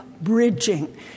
bridging